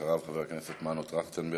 אחריו, חבר הכנסת מנואל טרכטנברג.